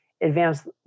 advanced